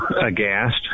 aghast